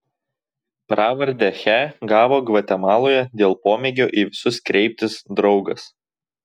pravardę che gavo gvatemaloje dėl pomėgio į visus kreiptis draugas